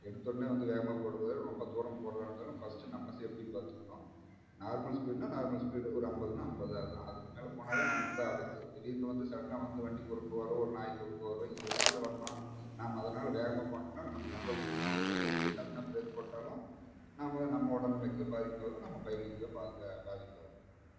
எடுத்தவொடனே வந்து வேகமாக போகிறத விட ரொம்ப தூரம் போகிறதா இருந்தாலும் ஃபஸ்ட் நம்ம சேஃப்டி பார்த்துக்கணும் நார்மல் ஸ்பீடுனா நார்மல் ஸ்பீடு ஒரு ஐம்பதுனா ஐம்பது அது தான் அதுக்கு மேலே போனாவே நமக்கு தான் ஆபத்து திடீர்னு வந்து சடனாக வந்து வண்டி குறுக்க வரும் ஒரு நாய் குறுக்க வரும் எது வேணாலும் வரலாம் நாம அதனால வேகமா போனோம்னா நமக்கு கண்ட்ரோல் பண்ண முடியாது இப்டி சடனா பிரேக் போட்டாலும் நாம தான் நம்ம உடல்நிலைக்கு தான் பாதிப்பாகும் நம்ம பைக்குக்குது தான் பாதிப்பு பாதிப்பாகும்